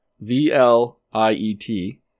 V-L-I-E-T